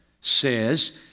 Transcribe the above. says